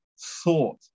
thought